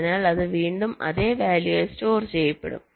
അതിനാൽ അത് വീണ്ടും അതേ വാല്യൂ ആയി സ്റ്റോർ ചെയ്യപ്പെടും